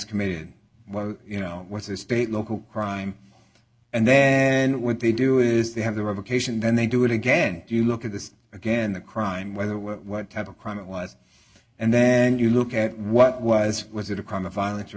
committed you know what's the state local crime and then what they do is they have the revocation then they do it again you look at this again the crime whether what what type of crime it was and then you look at what was was it a crime of violence or